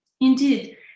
indeed